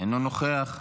אינו נוכח.